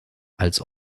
als